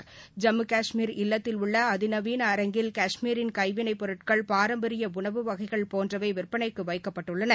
ஐம்மு கஷ்மீர் இல்லத்தில் உள்ளஅதிநவீன அரங்கில் கஷ்மீரின் கைவினைப் பொருட்கள் பாரம்பரியஉணவு வகைகள் போன்றவைவிற்பனைக்குவைக்கப்பட்டுள்ளன